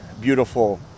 beautiful